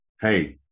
hey